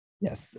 yes